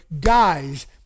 guys